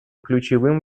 ключевым